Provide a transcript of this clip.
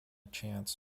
chants